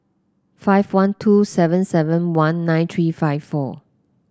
five one two seven seven one nine three five four